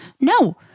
No